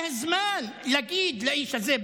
זה הזמן להגיד לאיש הזה,